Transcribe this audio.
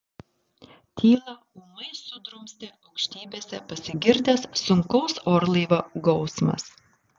tylą ūmai sudrumstė aukštybėse pasigirdęs sunkaus orlaivio gausmas